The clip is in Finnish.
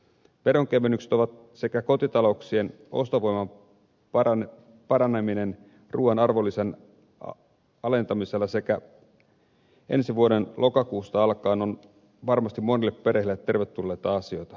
veronkevennykset sekä kotitalouksien ostovoiman paraneminen ruuan arvonlisän alentamisella ensi vuoden lokakuusta alkaen ovat varmasti monille perheille tervetulleita asioita